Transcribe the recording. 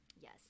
Yes